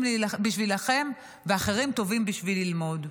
בשביל להילחם ואחרים טובים בשביל ללמוד.